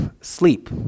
sleep